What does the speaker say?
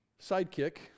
sidekick